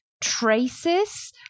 traces